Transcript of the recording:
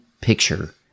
picture